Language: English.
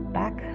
back